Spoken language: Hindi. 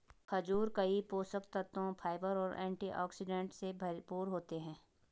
खजूर कई पोषक तत्वों, फाइबर और एंटीऑक्सीडेंट से भरपूर होते हैं